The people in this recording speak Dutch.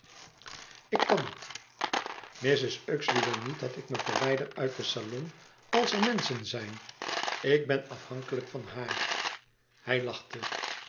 ik kan niet mrs uxeley wil niet dat ik mij verwijder uit den salon als er menschen zijn ik ben afhankelijk van haar hij lachte